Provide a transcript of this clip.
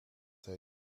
hij